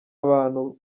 abantu